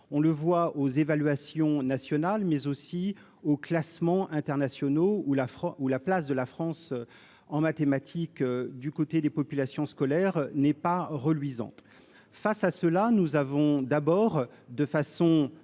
on le voit aux évaluations nationales mais aussi aux classements internationaux ou la France ou la place de la France en mathématiques, du côté des populations scolaires n'est pas reluisante face à cela, nous avons d'abord de façon